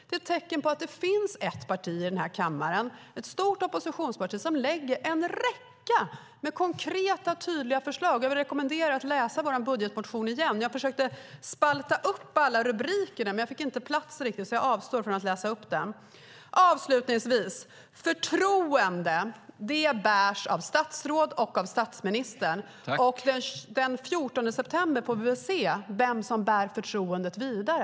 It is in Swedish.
Det är ett tecken på att det finns ett parti i den här kammaren - ett stort oppositionsparti - som lägger fram en räcka av konkreta, tydliga förslag. Jag vill rekommendera er att läsa vår budgetmotion igen. Jag försökte spalta upp alla rubrikerna på det papper jag håller i, men jag fick inte plats. Jag avstår därför från att läsa upp dem. Avslutningsvis bärs förtroende av statsråd och av statsministern. Den 14 september får vi se vem som bär förtroendet vidare.